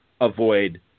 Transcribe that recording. avoid